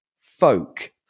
folk